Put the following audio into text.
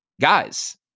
guys